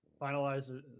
finalize